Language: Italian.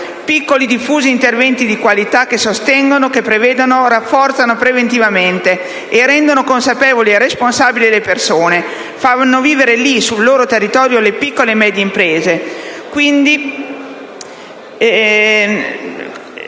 piccoli e diffusi interventi di qualità, che sostengono, prevedono o rafforzano preventivamente, rendono consapevoli e responsabili le persone che fanno vivere, lì sul loro territorio, le piccole e medie imprese. Quindi,